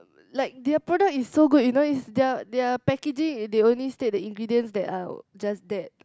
like their product is so good you know it's their their packaging they only state the ingredients that are just that